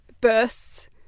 bursts